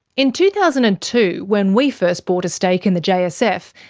in two thousand and two, when we first bought a stake in the jsf,